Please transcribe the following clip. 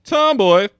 Tomboy